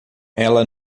ela